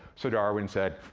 so darwin said,